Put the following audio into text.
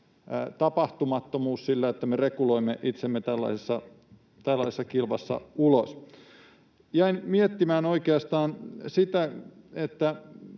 tapahtumattomuus sillä, että me reguloimme itsemme tällaisessa kilvassa ulos. Jäin miettimään oikeastaan sitä,